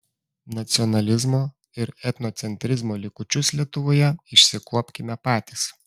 nacionalizmo ir etnocentrizmo likučius lietuvoje išsikuopkime patys